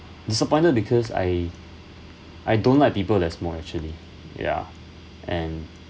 disappointed because I I don't like people that smoke actually ya and